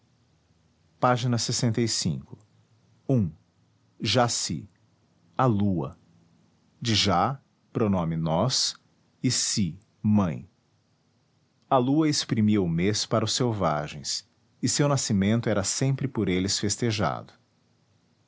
jaci a lua de já pronome nós e cy mãe a lua exprimia o mês para os selvagens e seu nascimento era sempre por eles festejado